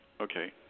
Okay